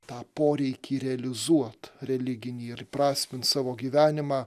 tą poreikį realizuot religinį ir įprasmint savo gyvenimą